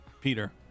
Peter